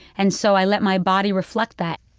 and so i let my body reflect that.